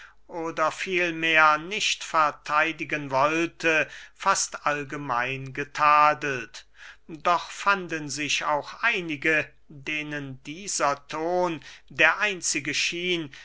oder vielmehr nicht vertheidigen wollte fast allgemein getadelt doch fanden sich auch einige denen dieser ton der einzige schien